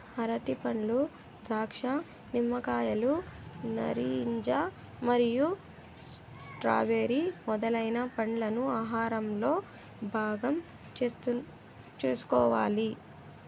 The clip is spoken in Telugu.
అరటిపండ్లు, ద్రాక్ష, నిమ్మకాయలు, నారింజ మరియు స్ట్రాబెర్రీ మొదలైన పండ్లను ఆహారంలో భాగం చేసుకోవాలి